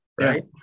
right